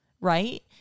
Right